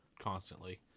constantly